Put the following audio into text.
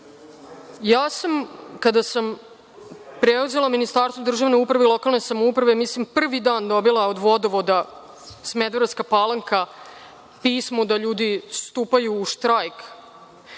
„Vodovoda“.Kada sam preuzela Ministarstvo državne uprave i lokalne samouprave, mislim da sam prvi dan dobila od „Vodovoda“ Smederevska Palanka pismo da ljudi stupaju u štrajk.